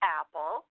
apple